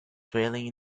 falling